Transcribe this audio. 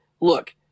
look